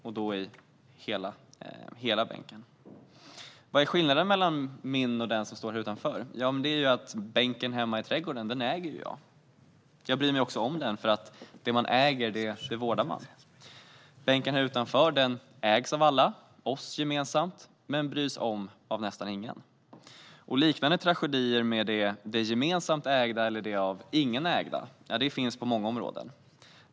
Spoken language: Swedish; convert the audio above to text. Vad är då skillnaden mellan min bänk och den som står här utanför? Ja, bänken hemma i min trädgård äger jag. Jag bryr mig om den, för det man äger vårdar man. Bänken här utanför ägs av alla oss gemensamt, men nästan ingen bryr sig om den. Liknande tragedier med det gemensamt ägda eller det av ingen ägda finns på många områden.